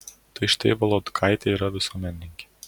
tai štai volodkaitė yra visuomenininkė